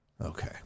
Okay